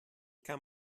kann